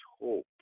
hope